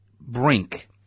brink